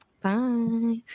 Bye